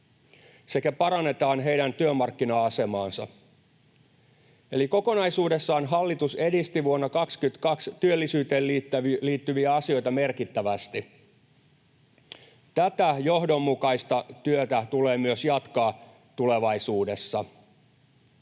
sekä parannetaan heidän työmarkkina-asemaansa. Eli kokonaisuudessaan hallitus edisti vuonna 22 työllisyyteen liittyviä asioita merkittävästi. Tätä johdonmukaista työtä tulee myös jatkaa tulevaisuudessa.